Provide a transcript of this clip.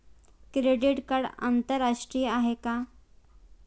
Credit card आंतरराष्ट्रीय आहे का?